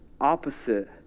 opposite